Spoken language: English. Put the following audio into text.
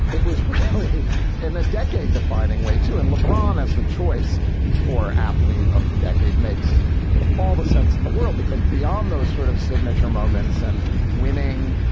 it was really in a decade defining way, too. and lebron as the choice for athlete of the decade, makes all the sense in the world, because beyond those sort of signature moments and winning,